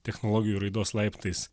technologijų raidos laiptais